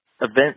event